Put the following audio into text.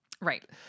Right